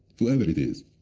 whoever it is,